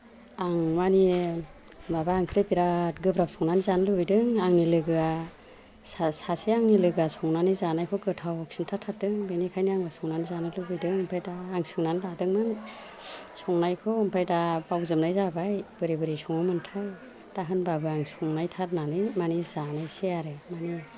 आं अमानि माबा ओंख्रि बिराद गोब्राब संनानै जानो लुगैदों आंनि लोगोआ सा सासे आंनि लोगोआ संनानै जानायखौ गाोथाव खिन्थाथाददों बेनिखायनो आंबो संनानै जानो लुगैदों आमफाय दा आं सोंनानै लादोंमोन संनायखौ आमफाय दा बावजोबनाय जाबाय बोरै बोरै सङोमोनथाय दा होनबाबो आं संनायथारनानै मानि जानायसै आरो मानि